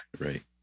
Right